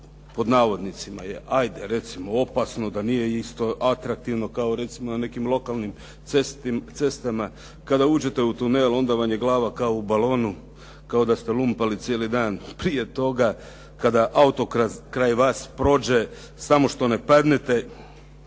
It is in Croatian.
pod navodnicima je ajde recimo opasno, da nije isto atraktivno kao na nekim lokalnim cestama, kada uđete u tunel onda vam je glava kao u balonu, kao da ste lumpali cijeli dan prije toga kada auto kraj vas prođe samo što ne padnete.